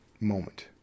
moment